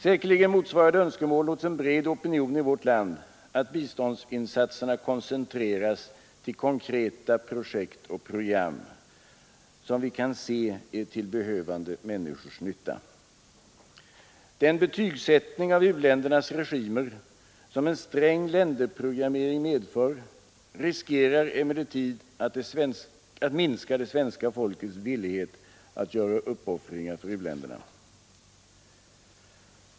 Säkerligen motsvarar det önskemålen hos en bred opinion i vårt land att biståndsinsatserna koncentreras till konkreta projekt och program, som vi kan se är till behövande människors nytta. Den betygsättning av u-ländernas regimer, som en sträng länderprogrammering medför, riskerar emellertid att minska det svenska folkets villighet att göra uppoffringar för u-länderna.